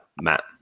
Matt